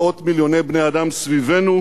מאות מיליוני בני-אדם סביבנו